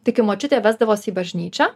tai kai močiutė vesdavosi į bažnyčią